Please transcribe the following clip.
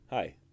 Hi